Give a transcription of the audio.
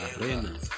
arena